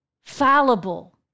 fallible